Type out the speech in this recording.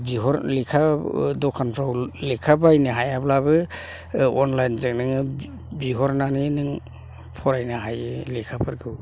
बिहर लेखा दखानफ्राव लेखा बायनो हायाब्लाबो औ अनलाइनजों नोङो बिहरनानै नों फरायनो हायो लेखाफोरखौ